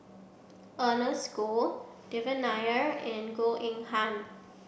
Ernest Goh Devan Nair and Goh Eng Han